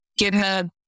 GitHub